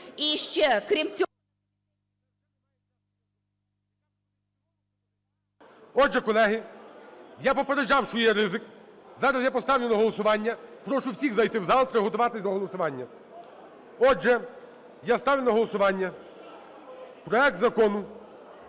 Отже, колеги, я попереджав, що є ризик. Зараз я поставлю на голосування, прошу всіх зайти в зал, приготуватись до голосування. Отже, я ставлю на голосування проект закону